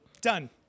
Done